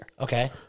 Okay